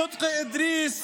סדקי אדריס,